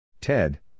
Ted